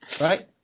Right